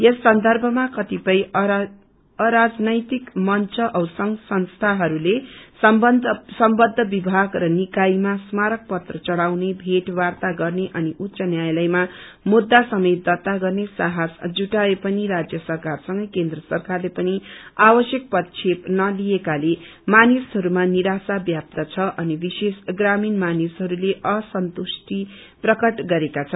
यस सन्दर्भमा कतिपय अराजनैतिक मंच औ संघसंस्थाहरूले सम्बद्ध विभाग र निकायमा स्मारक पत्र चढ़ाउने भेटवार्त्ता गर्ने अनि उच्च न्यायालयमा मुद्धा समेत दर्त्ता गर्ने साहस जुटाए पनि राज्य सरकारसंगै केन्द्र सरकारले पनि आवश्यक पदक्षेप नलिएकाले मानिसहरूमा निराशा व्याप्त छ अनि विशेष ग्रामीण मानिसहरूले असन्तुष्टि प्रकट गरेका छन्